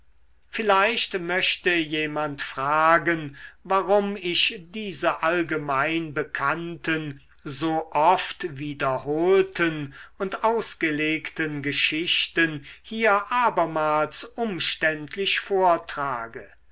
vielleicht möchte jemand fragen warum ich diese allgemein bekannten so oft wiederholten und ausgelegten geschichten hier abermals umständlich vortrage